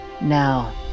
Now